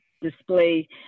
display